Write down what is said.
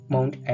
Mount